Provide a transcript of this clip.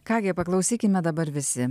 ką gi paklausykime dabar visi